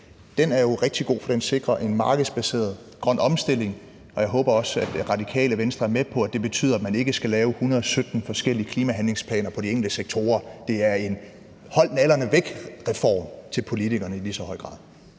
er jo rigtig god, for den sikrer en markedsbaseret grøn omstilling. Jeg håber også, at Radikale Venstre er med på, at det betyder, at man ikke skal lave hundrede sytten forskellige klimahandlingsplaner for de enkelte sektorer. Det er i lige så høj grad